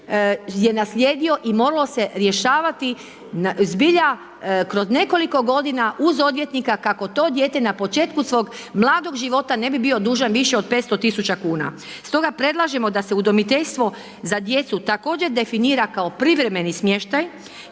je naslijedio i moralo se rješavati, zbilja, kroz nekoliko godina, uz odvjetnika, kako to dijete na početku svoga mladoga života, ne bi bio dužan više od 500.000,00 kn. Stoga predlažemo da se udomiteljstvo za djecu također definira kao privremeni smještaj